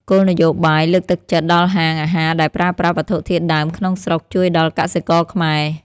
គោលនយោបាយលើកទឹកចិត្តដល់ហាងអាហារដែលប្រើប្រាស់វត្ថុធាតុដើមក្នុងស្រុកជួយដល់កសិករខ្មែរ។